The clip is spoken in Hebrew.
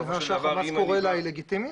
--- ההפגנה שהחמאס קורא לה היא לגיטימית?